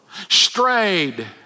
strayed